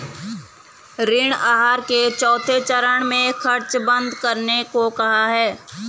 ऋण आहार के चौथे चरण में खर्च बंद करने को कहा है